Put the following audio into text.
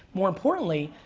more importantly,